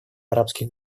арабских